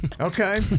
Okay